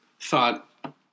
thought –